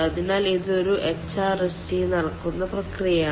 അതിനാൽ ഇത് ഒരു എച്ച്ആർഎസ്ജിയിൽ നടക്കുന്ന പ്രക്രിയയാണ്